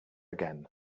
again